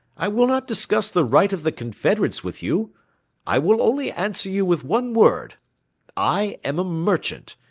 i will not discuss the right of the confederates with you i will only answer you with one word i am a merchant,